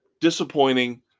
disappointing